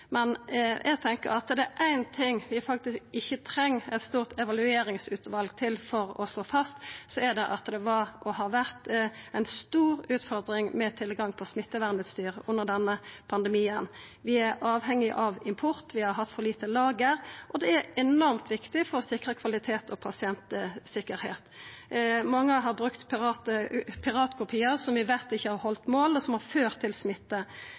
Men eg tenkjer at er det éin ting vi faktisk ikkje treng eit stort evalueringsutval for å slå fast, er det at det var og har vore ei stor utfordring med tilgang på smittevernutstyr under denne pandemien. Vi er avhengige av import, vi har hatt for lite lager. Det er enormt viktig for å sikra kvalitet og pasientsikkerheit. Mange har brukt piratkopiar, som vi veit ikkje har halde mål, og som har ført til smitte.